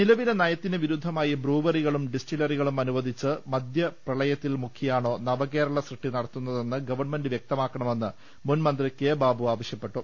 നിലവിലെ നയത്തിന് വിരുദ്ധമായി ബ്രൂവറികളും ഡിസ്റ്റിലറിയും അനുവദിച്ച് മദ്യപ്രളയത്തിൽ മുക്കിയാണോ നവകേരള സൃഷ്ടി നടത്തുന്നതെന്ന് ഗവൺമെന്റ് വ്യക്തമാക്കണമെന്ന് മുൻമന്ത്രി കെ ബാബു ആവശ്യപ്പെട്ടു